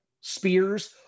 Spears